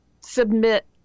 submit